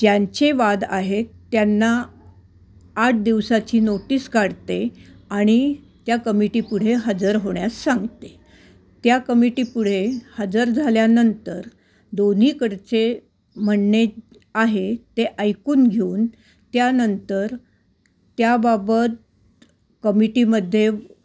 ज्यांचे वाद आहेत त्यांना आठ दिवसाची नोटीस काढते आणि त्या कमिटी पुढे हजर होण्यास सांगते त्या कमिटी पुढे हजर झाल्यानंतर दोन्हीकडचे म्हणणे आहे ते ऐकून घेऊन त्यानंतर त्याबाबत कमिटीमध्ये